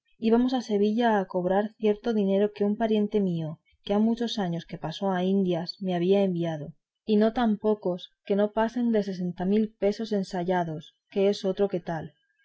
y nuestro barbero íbamos a sevilla a cobrar cierto dinero que un pariente mío que ha muchos años que pasó a indias me había enviado y no tan pocos que no pasan de sesenta mil pesos ensayados que es otro que tal